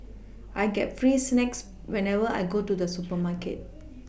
I get free snacks whenever I go to the supermarket